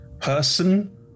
person